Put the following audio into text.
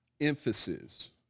emphasis